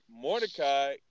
Mordecai